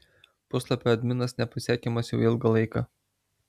puslapio adminas nepasiekiamas jau ilgą laiką